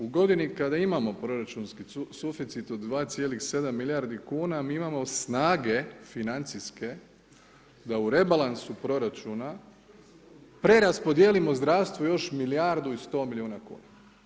U godini kada imamo proračunski suficit od 2,7 milijardi kuna, mi imamo snage financijske da u rebalansu proračuna preraspodijelimo zdravstvu još milijardu i 100 milijuna kuna.